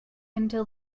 until